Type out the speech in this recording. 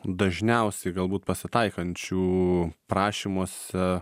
dažniausiai galbūt pasitaikančių prašymuose